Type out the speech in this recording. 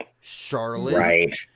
Charlotte